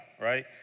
right